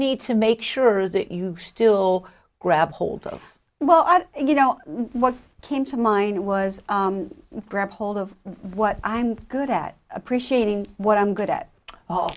need to make sure that you still grab hold of well i you know what i came to mind was grab hold of what i'm good at appreciating what i'm good at all